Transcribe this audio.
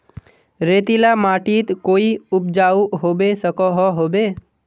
रेतीला माटित कोई उपजाऊ होबे सकोहो होबे?